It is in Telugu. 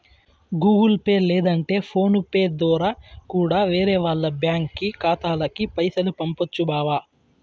గూగుల్ పే లేదంటే ఫోను పే దోరా కూడా వేరే వాల్ల బ్యాంకి ఖాతాలకి పైసలు పంపొచ్చు బావా